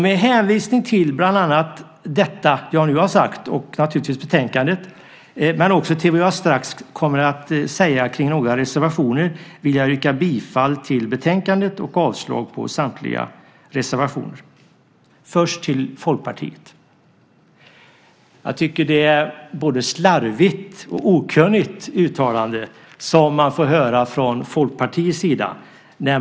Med hänvisning till det jag nu har sagt, naturligtvis till betänkandet men också till vad jag strax kommer att säga kring några reservationer vill jag yrka bifall till förslaget i betänkandet och avslag på samtliga reservationer. Först till Folkpartiet: Jag tycker att det är ett både slarvigt och okunnigt uttalande som man får höra från Folkpartiets sida.